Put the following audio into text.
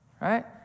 Right